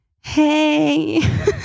Hey